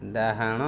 ଡାହାଣ